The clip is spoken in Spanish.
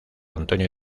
antonio